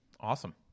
Awesome